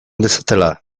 dezatela